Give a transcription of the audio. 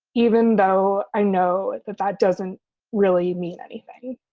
even though i know it, but that doesn't really mean anything.